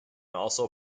also